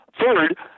Third